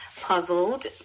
puzzled